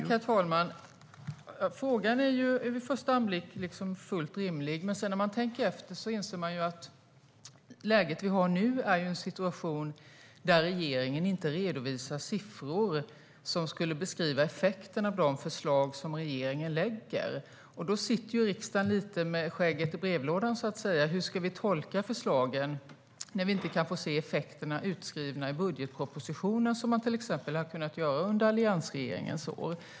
Herr talman! Frågan är vid första anblicken fullt rimlig. Men när man tänker efter inser man att vi nu har en situation där regeringen inte redovisar siffror som skulle beskriva effekten av de förslag som regeringen lägger fram. Då sitter riksdagen lite med skägget i brevlådan, så att säga. Hur ska vi tolka förslagen när vi inte kan se effekterna utskrivna i budgetpropositionen, vilket man till exempel kunde göra under alliansregeringens år?